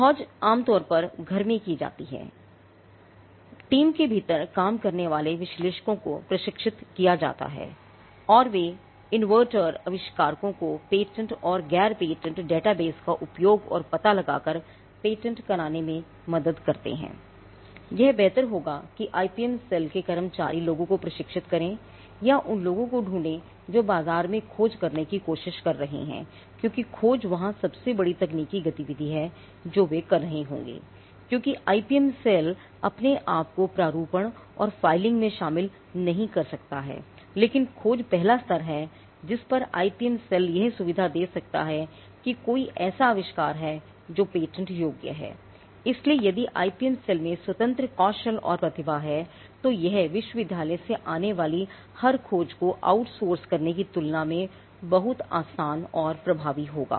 खोज आम तौर पर घर में की जाती है टीम के भीतर काम करने वाले विश्लेषकों को प्रशिक्षित किया जाता है और वे इन्वर्टर करने की तुलना में बहुत आसान और प्रभावी होगा